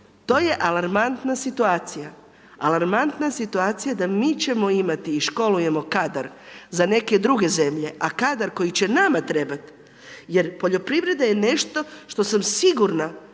to je alarmantna situacija, alarmantna situacija da mi ćemo imati i školujemo kadar za neke druge zemlje a kadar koji će nama trebat jer poljoprivreda je nešto što sam sigurna